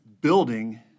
building